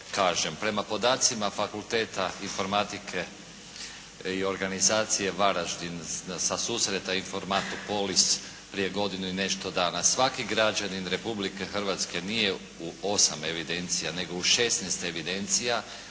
Prema podacima Fakulteta informatike i organizacije Varaždin sa susreta "Informatopolis" prije godinu i nešto dana, svaki građanin Republike Hrvatske nije u 8 evidencija nego u 16 evidencija